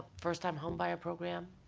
first-time home buyer program.